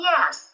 Yes